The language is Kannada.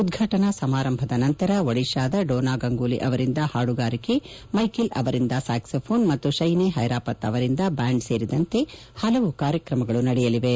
ಉದ್ವಾಟನಾ ಸಮಾರಂಭದ ನಂತರ ಒಡಿತಾದ ಡೋನಾ ಗಂಗೂಲಿ ಅವರಿಂದ ಹಾಡುಗಾರಿಕೆ ಮೈಕೆಲ್ ಅವರಿಂದ ಸ್ಥಾಕ್ಲೊಪೋನ್ ಮತ್ತು ಶೈನೆ ಹೈರಾಪತ್ ಅವರಿಂದ ಬ್ಯಾಂಡ್ ಸೇರಿದಂತೆ ಹಲವು ಕಾರ್ಯಕ್ರಮಗಳು ನಡೆಯಲಿವೆ